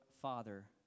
Father